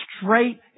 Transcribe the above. straight